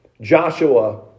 Joshua